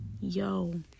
Yo